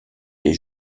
des